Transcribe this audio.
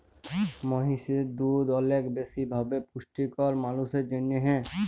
মহিষের দুহুদ অলেক বেশি ভাবে পুষ্টিকর মালুসের জ্যনহে